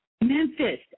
Memphis